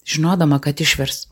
žinodama kad išvirs